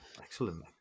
Excellent